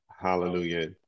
hallelujah